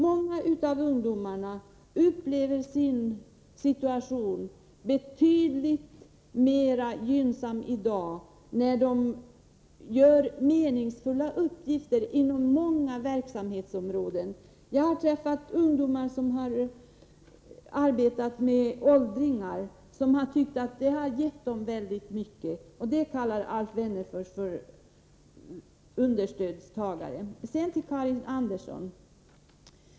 Många av ungdomarna upplever sin situation som betydligt gynnsammare i dag, då de har meningsfulla uppgifter. Det gäller många verksamhetsområden. Jag har träffat ungdomar som har arbetat med åldringar, och ungdomarna har tyckt att arbetet har gett dem väldigt mycket. Sådana ungdomar kallar Alf Wennerfors för understödstagare. Sedan några ord till Karin Andersson.